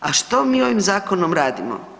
A što mi ovim zakonom radimo?